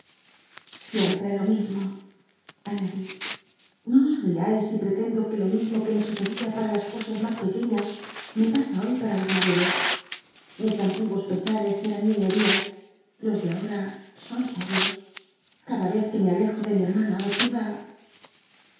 siempre lo mismo aiíadi no os riais si pretendo que lo mirmo que me sucedía para las cosas mas pec uciias me pasa hoy p mt las mayores mis antiguos pesares eran niñerías los de ahora son serios cada ycz que me alejo de mi hermana adoptim